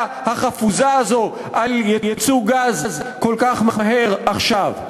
החפוזה הזאת על ייצוא גז כל כך מהר עכשיו.